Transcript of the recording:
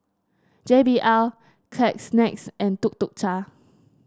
J B L Kleenex and Tuk Tuk Cha